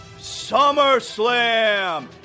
SummerSlam